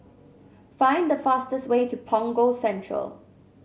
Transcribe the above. find the fastest way to Punggol Central